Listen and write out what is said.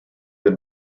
than